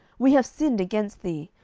we have sinned against thee,